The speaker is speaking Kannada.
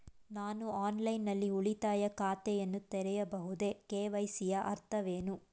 ನಾನು ಆನ್ಲೈನ್ ನಲ್ಲಿ ಉಳಿತಾಯ ಖಾತೆಯನ್ನು ತೆರೆಯಬಹುದೇ? ಕೆ.ವೈ.ಸಿ ಯ ಅರ್ಥವೇನು?